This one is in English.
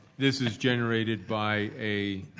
this is generated by a